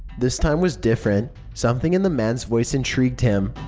this time was different. something in the man's voice intrigued him.